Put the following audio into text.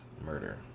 murder